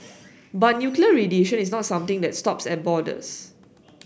but nuclear radiation is not something that stops at borders